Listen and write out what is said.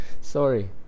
Sorry